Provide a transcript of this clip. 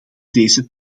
deze